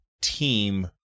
team